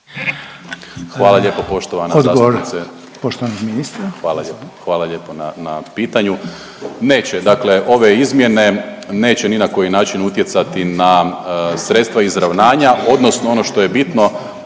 Hvala lijepo. Hvala lijepo na pitanju. Neće, dakle ove izmjene neće ni na koji način utjecati na sredstva izravnanja, odnosno ono što je bitno,